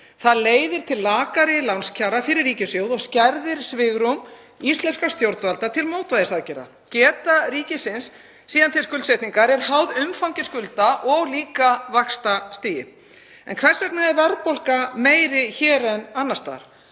Það leiðir til lakari lánskjara fyrir ríkissjóð og skerðir svigrúm íslenskra stjórnvalda til mótvægisaðgerða. Geta ríkisins til skuldsetningar er háð umfangi skulda og líka vaxtastigi. En hvers vegna er verðbólga meiri hér en annars staðar?